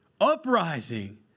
uprising